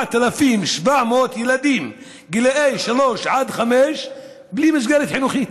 4,700 ילדים גילאי שלוש עד חמש בלי מסגרת חינוכית.